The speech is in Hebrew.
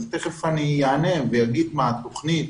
תיכף אענה ואגיד מה התכנית,